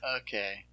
Okay